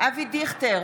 אבי דיכטר,